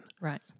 Right